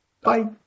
Bye